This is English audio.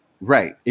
Right